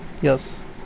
Yes